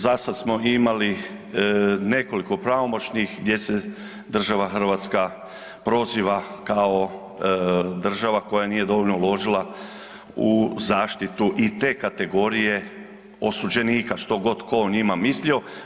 Zasad smo imali nekoliko pravomoćnih gdje se država Hrvatska proziva kao država koja nije dovoljno uložila u zaštitu i te kategorije osuđenika što god tko o njima mislio.